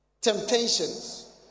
Temptations